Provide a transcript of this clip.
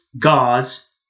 gods